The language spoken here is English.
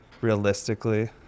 realistically